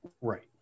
Right